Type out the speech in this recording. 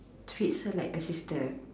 treats her like a sister